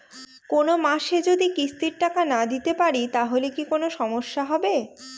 কোনমাসে যদি কিস্তির টাকা না দিতে পারি তাহলে কি কোন সমস্যা হবে?